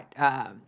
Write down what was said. right